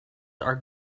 are